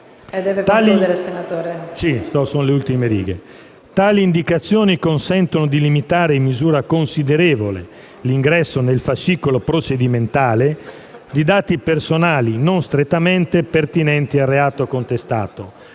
Tali indicazioni consentono di limitare in misura considerevole l'ingresso nel fascicolo procedimentale di dati personali non strettamente pertinenti al reato contestato,